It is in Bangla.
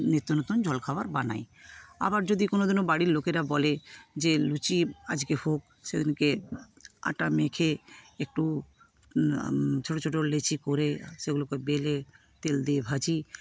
নিত্য নতুন জল খাবার বানাই আবার যদি কোনদিনও বাড়ির লোকেরা বলে যে লুচি আজকে হোক সেদিনকে আটা মেখে একটু ছোটো ছোটো লেচি করে সেগুলোকে বেলে তেল দিয়ে ভাজি